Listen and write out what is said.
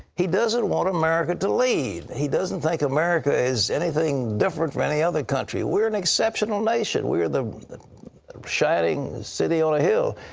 he doesnt want america to lead. he doesnt think america is anything different from any other country. were an exceptional nation. were the the shining city on a hill.